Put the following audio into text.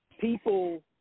People